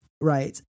right